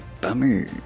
Bummer